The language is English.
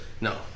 No